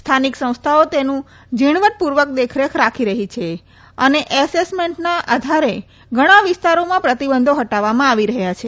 સ્થાનિક સંસ્થાઓ તેનું જીણવટ પુર્વક દેખરેખ રાખી રહી છે અને એસએસમેન્ટના આધારે ઘણા વિસ્તારોમાં પ્રતિબંધો હટાવવામાં આવી રહ્યા છે